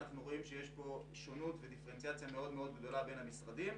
אנחנו רואים שיש דיפרנציאציה גדולה בין המשרדים.